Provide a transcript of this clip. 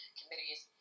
committees